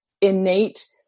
innate